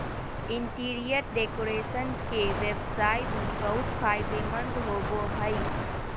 interior decoration के व्यवसाय भी बहुत फायदेमंद होबो हइ